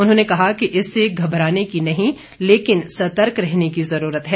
उन्होंने कहा कि इससे घबराने की नहीं है लेकिन सतर्क रहने की जरूरत है